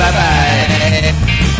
bye-bye